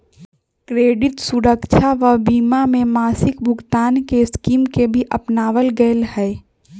credit सुरक्षवा बीमा में मासिक भुगतान के स्कीम के भी अपनावल गैले है